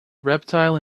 reptile